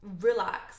relax